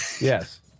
Yes